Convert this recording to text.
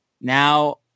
Now